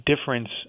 difference